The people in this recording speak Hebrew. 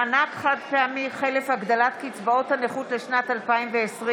(מענק חד-פעמי חלף הגדלת קצבאות הנכות לשנת 2020),